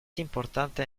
importante